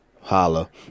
Holla